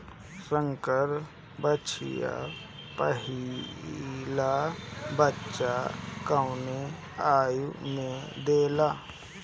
संकर बछिया पहिला बच्चा कवने आयु में देले?